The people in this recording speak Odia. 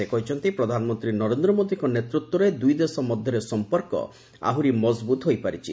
ସେ କହିଛନ୍ତି ପ୍ରଧାନମନ୍ତ୍ରୀ ନରେନ୍ଦ୍ର ମୋଦୀଙ୍କ ନେତୃତ୍ୱରେ ଦୁଇଦେଶ ମଧ୍ୟରେ ସଂପର୍କ ଆହୁରି ମଜବୁତ ହୋଇପାରିଛି